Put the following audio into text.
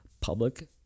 public